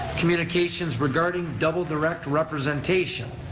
communications regarding double direct representation.